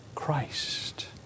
Christ